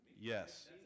Yes